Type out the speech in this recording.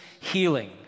healing